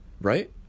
right